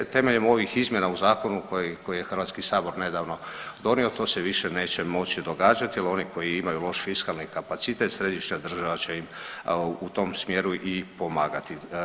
E temeljem ovih izmjena u zakonu koji je Hrvatski sabor nedavno donio to se više neće moći događati jer oni koji imaju loš fiskalni kapacitet središnja država će im u tom smjeru i pomagati.